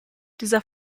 dieser